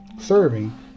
serving